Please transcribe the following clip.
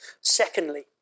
Secondly